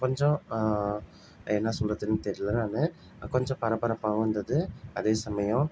கொஞ்சம் என்ன சொல்கிறதுன்னு தெரில நான் கொஞ்சம் பரப்பரப்பாகவும் இருந்தது அதே சமயம்